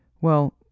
Well